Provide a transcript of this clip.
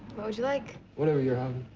what would you like? whatever you're having.